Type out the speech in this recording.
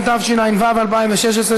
התשע"ו 2016,